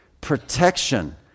protection